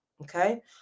okay